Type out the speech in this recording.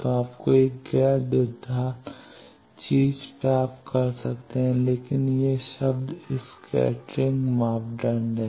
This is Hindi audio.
तो आप एक गैर द्विघात चीज प्राप्त कर सकते हैं लेकिन यह शब्द स्कैटरिंग मापदंड है